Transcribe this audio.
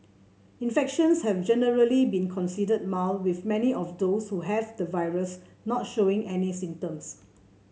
infections have generally been considered mild with many of those who have the virus not showing any symptoms